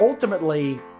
Ultimately